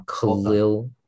Khalil